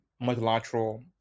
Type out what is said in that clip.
multilateral